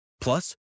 Plus